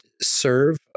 serve